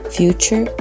future